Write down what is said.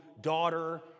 daughter